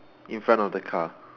in front of the car